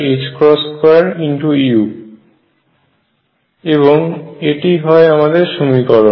Z2e4m4π022u এবং এটি হয় আমাদের সমীকরণ